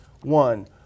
One